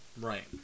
Right